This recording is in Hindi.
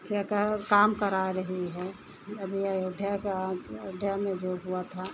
क्या क्या काम करा रही है अभी अयोध्या का अयोध्या में जो हुआ था